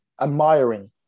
admiring